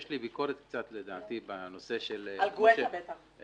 יש לי ביקורת קצת על הנושא של --- על גואטה בטח ...